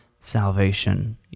salvation